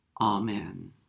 amen